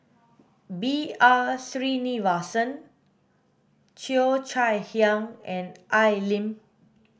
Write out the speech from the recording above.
B R Sreenivasan Cheo Chai Hiang and Al Lim